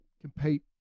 compete